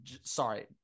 Sorry